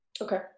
Okay